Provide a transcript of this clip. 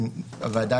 הוועדה,